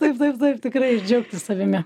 taip taip taip tikrai ir džiaugtis savimi